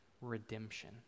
redemption